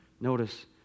Notice